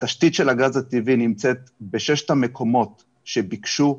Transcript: התשתית של הגז הטבעי נמצאת בששת המקומות שביקשו,